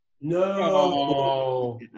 no